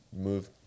move